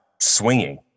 swinging